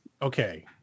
Okay